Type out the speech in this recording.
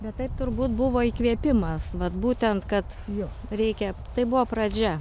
bet tai turbūt buvo įkvėpimas vat būtent kad jau reikia tai buvo pradžia